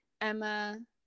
Emma